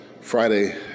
Friday